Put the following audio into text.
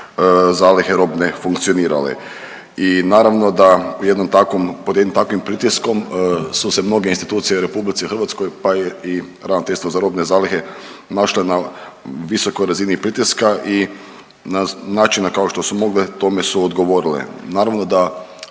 zalihe robne funkcionirale. I naravno da u jednom takvom pod jednim takvim pritiskom su se mnoge institucije u RH pa i ravnateljstvo za robne zalihe našle na visokoj razini pritiska i na način kao što su mogle tome su ogovorile.